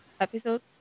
episodes